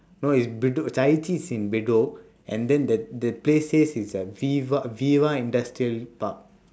no is bedok chai chee is in bedok and then the the place says is uh viva uh viva industrial park